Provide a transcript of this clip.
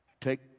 take